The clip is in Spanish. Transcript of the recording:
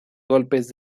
golpes